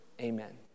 amen